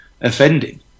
offending